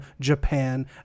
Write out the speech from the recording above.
Japan